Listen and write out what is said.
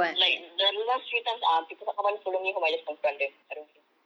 like the last three times uh people someone follow me home I just confront them I don't care